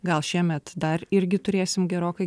gal šiemet dar irgi turėsim gerokai